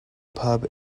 pub